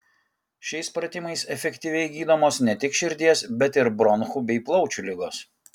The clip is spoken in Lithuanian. šiais pratimais efektyviai gydomos ne tik širdies bet ir bronchų bei plaučių ligos